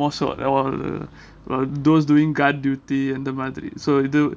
மோசம்:than romba mosam those doing guard duty அந்த மாதிரி:andha madhiri so the